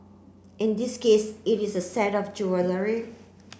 in this case it is a set of jewellery